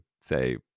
say